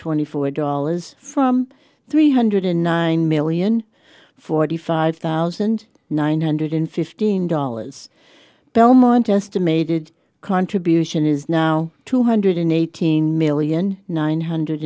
twenty four dollars from three hundred nine million forty five thousand nine hundred fifteen dollars belmont estimated contribution is now two hundred eighteen million nine